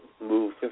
move